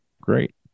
great